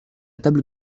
table